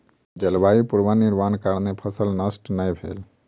जलवायु पूर्वानुमानक कारणेँ फसिल नष्ट नै भेल